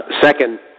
Second